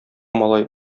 малай